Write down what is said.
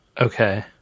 Okay